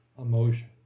emotion